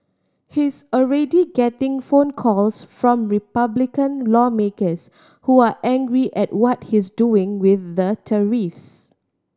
he's already getting phone calls from Republican lawmakers who are angry at what he's doing with the tariffs